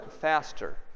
faster